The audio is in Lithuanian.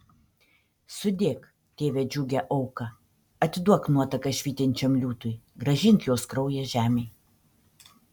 sudėk tėve džiugią auką atiduok nuotaką švytinčiam liūtui grąžink jos kraują žemei